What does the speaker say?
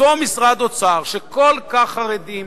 אותו משרד אוצר, שכל כך חרדים